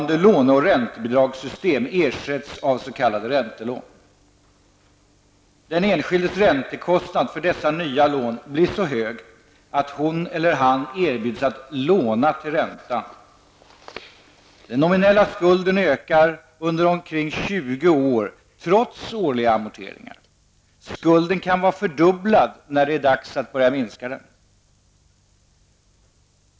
Den enskildes räntekostnader för dessa nya lån blir så hög att hon eller han erbjuds att låna till räntan. Den nominella skulden ökar under omkring 20 år trots årliga amorteringar. Skulden kan vara fördubblad när det är dags att börja minska den.